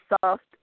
soft